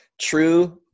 true